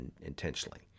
intentionally